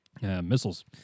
Missiles